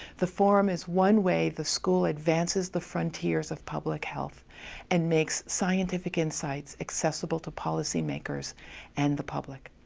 the forum is one way the school advances the frontiers of public health and makes scientific insights accessible to policymakers and the public.